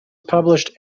published